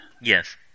Yes